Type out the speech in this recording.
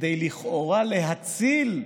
כדי להציל,